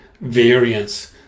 variance